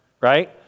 Right